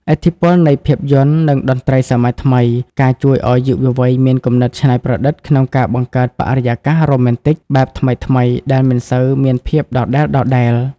ឥទ្ធិពលនៃភាពយន្ត និងតន្ត្រីសម័យថ្មី បានជួយឱ្យយុវវ័យមានគំនិតច្នៃប្រឌិតក្នុងការបង្កើតបរិយាកាសរ៉ូម៉ែនទិកបែបថ្មីៗដែលមិនសូវមានភាពដដែលៗ។